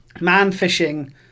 man-fishing